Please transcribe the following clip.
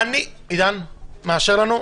עידן מאשר לנו?